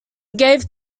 gave